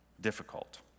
difficult